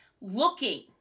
looking